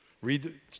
Read